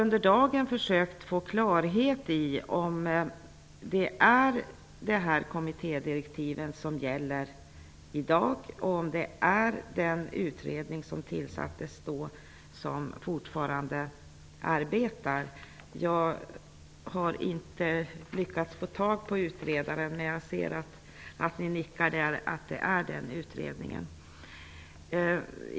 Under dagen har jag försökt få klarhet i om det är detta kommittédirektiv som gäller i dag och om det är den utredning som då tillsattes som fortfarande arbetar, men jag har inte lyckat få tag på utredaren -- jag ser nu att det nickas och att det alltså är den utredningen.